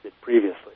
previously